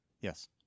Yes